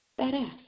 Badass